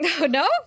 No